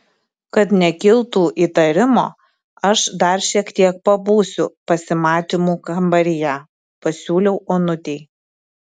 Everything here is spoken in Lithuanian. kad nekiltų įtarimo aš dar šiek tiek pabūsiu pasimatymų kambaryje pasiūliau onutei